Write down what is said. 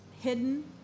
hidden